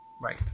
right